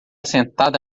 sentada